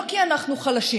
לא כי אנחנו חלשים